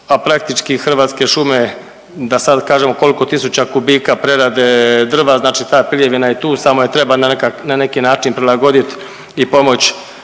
a praktički Hrvatske šume da sad kažemo koliko tisuća kubika prerade drva, znači ta piljevina je tu samo je treba na neki način prilagodit i pomoć